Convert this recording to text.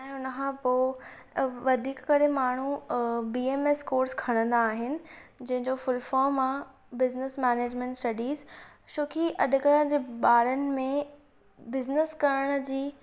ऐं उन खां पोइ वधीक करे माण्हू बी एम एस कोर्स खणंदा आहिनि जंहिं जो फुल फॉम आहे बिज़निस मैनेजमेंट स्टडीज़ छो कि अॼु कल्ह जे ॿारनि में बिज़निस करण जी